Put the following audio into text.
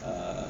um